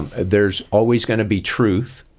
there's always going to be truth,